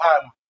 time